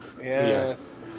Yes